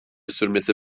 sürmesi